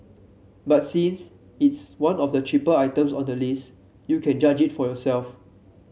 but since it's one of the cheaper items on the list you can judge it for yourself